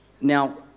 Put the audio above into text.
Now